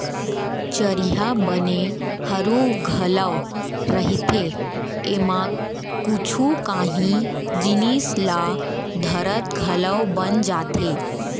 चरिहा बने हरू घलौ रहिथे, एमा कुछु कांही जिनिस ल धरत घलौ बन जाथे